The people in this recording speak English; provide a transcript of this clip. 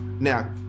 Now